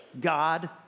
God